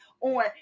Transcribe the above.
on